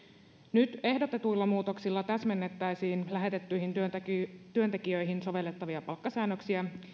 nyt ehdotetuilla muutoksilla täsmennettäisiin lähetettyihin työntekijöihin työntekijöihin sovellettavia palkkasäännöksiä